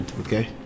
okay